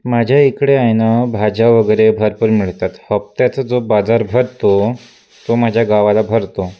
माझ्या इकडे आहे नं भाज्या वगैरे भरपूर मिळतात हफ्त्याचा जो बाजार भरतो तो माझ्या गावाला भरतो